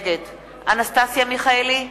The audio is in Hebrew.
נגד אנסטסיה מיכאלי,